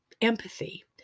empathy